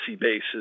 bases